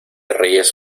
reyes